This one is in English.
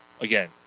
Again